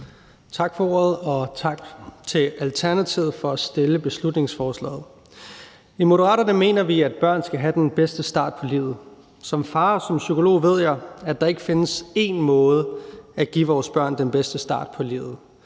tak for ordet, og tak til Alternativet for at fremsætte beslutningsforslaget. I Moderaterne mener vi, at børn skal have den bedste start på livet. Som far og som psykolog ved jeg, at der ikke findes én måde at give vores børn den bedste start på livet